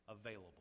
available